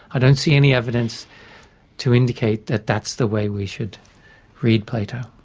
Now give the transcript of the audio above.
i don't see any evidence to indicate that that's the way we should read plato.